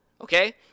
Okay